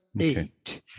eight